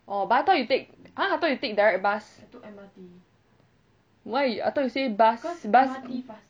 orh but I thought you take !huh! I thought you take direct bus why I thought you say bus bus